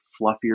fluffier